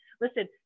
Listen